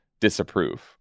disapprove